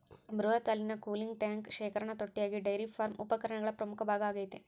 ಬೃಹತ್ ಹಾಲಿನ cooling tank ಶೇಖರಣಾ ತೊಟ್ಟಿಯಾಗಿ ಡೈರಿ ಫಾರ್ಮ್ ಉಪಕರಣಗಳ ಪ್ರಮುಖ ಭಾಗ ಆಗೈತೆ